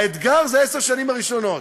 האתגר זה עשר השנים הראשונות.